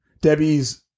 Debbie's